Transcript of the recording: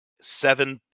seven